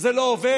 שזה לא עובד?